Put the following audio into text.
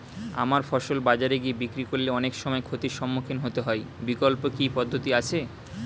আমার ফসল বাজারে গিয়ে বিক্রি করলে অনেক সময় ক্ষতির সম্মুখীন হতে হয় বিকল্প কি পদ্ধতি আছে?